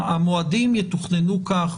המועדים יתוכננו כך